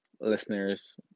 listeners